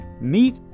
meet